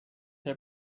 her